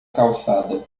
calçada